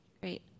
Great